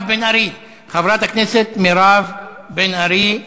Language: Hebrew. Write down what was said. חברת הכנסת מירב בן ארי,